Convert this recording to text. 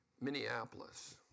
Minneapolis